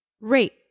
Rate